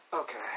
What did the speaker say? Okay